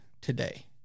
today